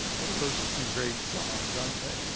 boy, those are some great songs aren't they?